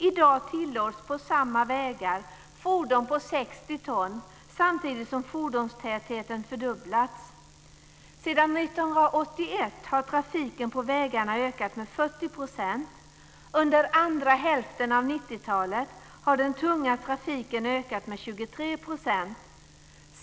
I dag tillåts på samma vägar fordon på 60 ton, samtidigt som fordonstätheten fördubblats. Sedan 1981 har trafiken på vägarna ökat med 40 %. Under andra hälften av 90-talet har den tunga trafiken ökat med 23 %.